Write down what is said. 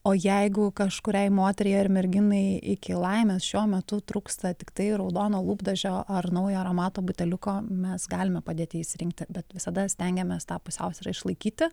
o jeigu kažkuriai moteriai ar merginai iki laimės šiuo metu trūksta tiktai raudono lūpdažio ar naujo aromato buteliuko mes galime padėti jį išsirinkti bet visada stengiamės tą pusiausvyrą išlaikyti